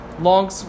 long